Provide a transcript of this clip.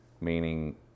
meaning